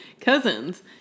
cousins